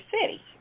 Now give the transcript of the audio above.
city